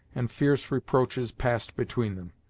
and fierce reproaches passed between them.